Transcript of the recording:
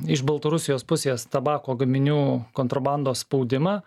iš baltarusijos pusės tabako gaminių kontrabandos spaudimą